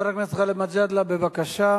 חבר הכנסת גאלב מג'אדלה, בבקשה.